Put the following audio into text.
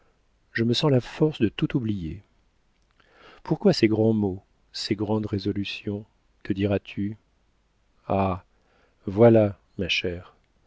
je me sens la force de tout oublier pourquoi ces grands mots ces grandes résolutions te diras-tu ah voilà ma chère